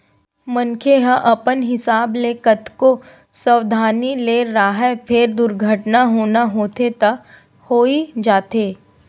मनखे ह अपन हिसाब ले कतको सवधानी ले राहय फेर दुरघटना होना होथे त होइ जाथे